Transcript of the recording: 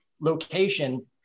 location